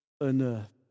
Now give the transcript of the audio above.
enough